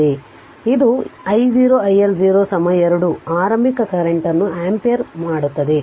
ಆದ್ದರಿಂದ ಇದು I0 i L0 2 ಆರಂಭಿಕ ಕರೆಂಟ್ ಅನ್ನು ಆಂಪಿಯರ್ ಮಾಡುತ್ತದೆ